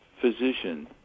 physician